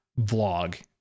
vlog